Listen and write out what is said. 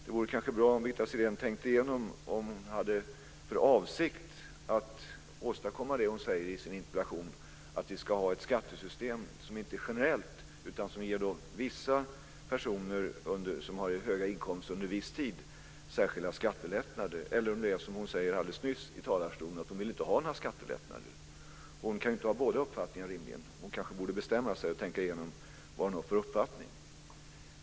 Det vore kanske bra om Birgitta Sellén tänkte igenom det hon i sin interpellation säger att hon har för avsikt att åstadkomma, nämligen att vi ska ha ett skattesystem som inte är generellt, utan som ger vissa personer med höga inkomster särskilda skattelättnader under en viss tid. Eller är det så, som hon alldeles nyss sade från talarstolen, att hon inte vill ha några skattelättnader? Hon kan ju rimligen inte ha båda uppfattningarna. Hon kanske borde bestämma sig och tänka igenom vad hon har för uppfattning.